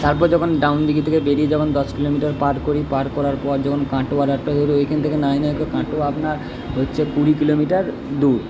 তারপর যখন ডাউন দিঘি থেকে বেরিয়ে যখন দশ কিলোমিটার পার করি পার করার পর যখন কাটোয়া রোডটা ধরি ওইখান থেকে নয় নয় করে কাটোয়া আপনার হচ্ছে কুড়ি কিলোমিটার দূর